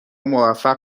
موفق